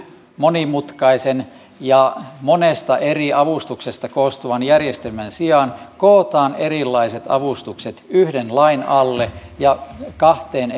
monimutkaisen ja monesta eri avustuksesta koostuvan järjestelmän sijaan kootaan erilaiset avustukset yhden lain alle ja kahteen